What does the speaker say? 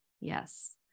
Yes